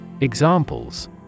Examples